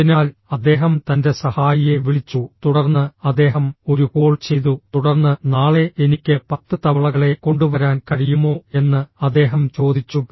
അതിനാൽ അദ്ദേഹം തന്റെ സഹായിയെ വിളിച്ചു തുടർന്ന് അദ്ദേഹം ഒരു കോൾ ചെയ്തു തുടർന്ന് നാളെ എനിക്ക് പത്ത് തവളകളെ കൊണ്ടുവരാൻ കഴിയുമോ എന്ന് അദ്ദേഹം ചോദിച്ചു